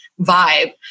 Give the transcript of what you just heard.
vibe